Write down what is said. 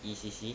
E_C_C